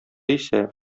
исә